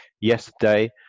yesterday